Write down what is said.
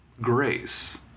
grace